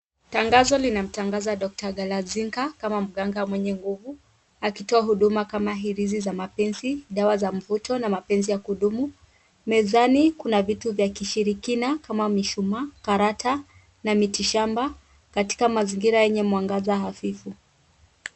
Tangazo linatangaza doctor Galazinga kama mganga mwenye nguvu, akitoa huduma kama hirizi za mapenzi, dawa za mvuto na mapenzi ya kudumu. Mezani kuna vitu vya kishirikina kama chuma, karata na miti shamba, katika mazingira yenye mwangaza hafifu.